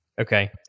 Okay